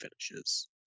finishes